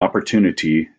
opportunity